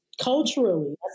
culturally